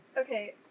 Okay